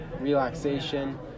relaxation